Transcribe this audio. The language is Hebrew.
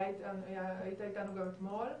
היית איתנו גם אתמול.